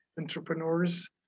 entrepreneurs